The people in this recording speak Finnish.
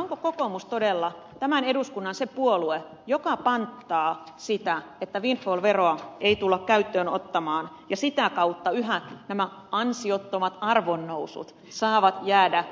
onko kokoomus todella tämän eduskunnan se puolue joka panttaa sitä että windfall veroa ei tulla käyttöön ottamaan ja sitä kautta yhä nämä ansiottomat arvonnousut saavat jäädä